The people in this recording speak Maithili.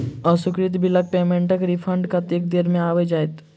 अस्वीकृत बिलक पेमेन्टक रिफन्ड कतेक देर मे आबि जाइत?